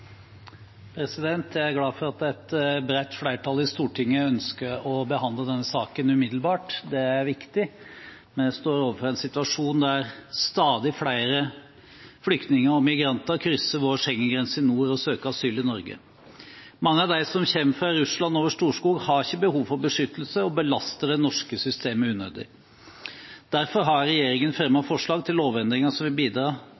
glad for at et bredt flertall i Stortinget ønsker å behandle denne saken umiddelbart. Det er viktig. Vi står overfor en situasjon der stadig flere flyktninger og migranter krysser vår Schengen-grense i nord og søker asyl i Norge. Mange av dem som kommer fra Russland over Storskog, har ikke behov for beskyttelse og belaster det norske systemet unødig. Derfor har regjeringen fremmet forslag til lovendringer som vil bidra